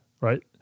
Right